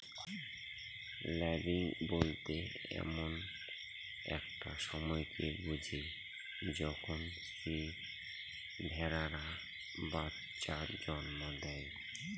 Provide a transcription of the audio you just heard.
lambing বলতে এমন একটা সময়কে বুঝি যখন স্ত্রী ভেড়ারা বাচ্চা জন্ম দেয়